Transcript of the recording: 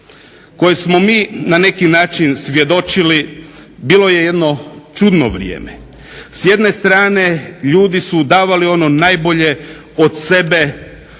koje smo mi na neki način svjedočili bilo je jedno čudno vrijeme. S jedne strane ljudi su davali ono najbolje od sebe